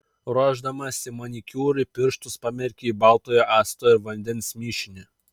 ruošdamasi manikiūrui pirštus pamerk į baltojo acto ir vandens mišinį